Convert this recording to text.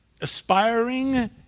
aspiring